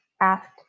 asked